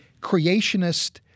creationist